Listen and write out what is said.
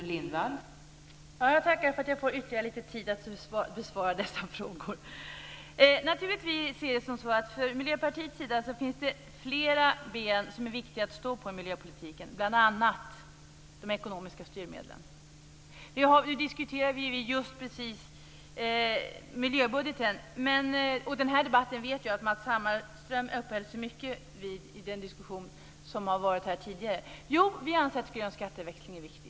Fru talman! Jag tackar för att jag får ytterligare lite tid att besvara dessa frågor. Från Miljöpartiets sida finns det flera viktiga ben att stå på i miljöpolitiken, bl.a. de ekonomiska styrmedlen. Nu diskuterar vi just miljöbudgeten. Jag vet att Matz Hammarström uppehöll sig mycket vid den diskussionen i den tidigare debatten. Jo, vi anser att grön skatteväxling är viktig.